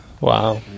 Wow